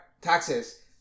taxes